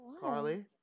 Carly